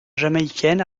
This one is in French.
jamaïcaine